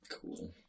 cool